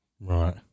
right